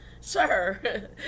Sir